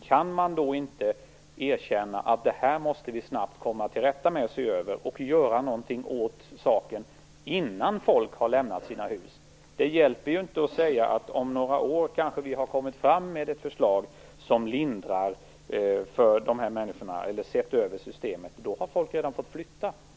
Kan regeringen då inte erkänna att vi snabbt måste komma till rätta med detta, se över det och göra någonting åt saken innan folk har lämnat sina hus? Det hjälper inte att säga att om några år kanske det kommer ett förslag som lindrar förhållandena för dessa människor, eller att om några år kanske vi har sett över systemet. Då har folk nämligen redan blivit tvungna att flytta.